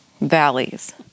valleys